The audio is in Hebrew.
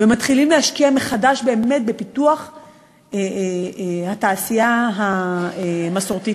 ומתחילים להשקיע מחדש בפיתוח התעשייה המסורתית